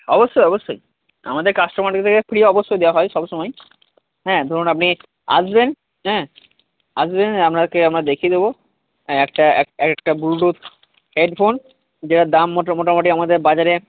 অবশ্যই অবশ্যই আমাদের কাস্টমারদেরকে ফ্রি অবশ্যই দেওয়া হয় সবসময় হ্যাঁ ধরুন আপনি আসবেন হ্যাঁ আসবেন আপনাকে আমরা দেখিয়ে দেবো একটা এক একটা ব্লুটুথ হেডফোন যার দাম মোটামুটি আমাদের বাজারে